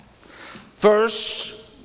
First